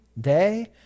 day